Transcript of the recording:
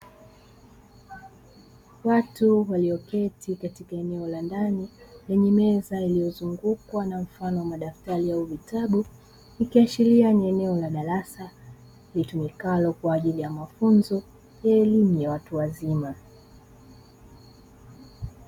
Watu walioketi katika eneo la ndani, lenye meza inayozungukwa na mfano wa madaftari au vitabu. Ikiashiria ni eneo la darasa litumikalo kwa ajili ya mafunzo ya elimu ya watu wazima.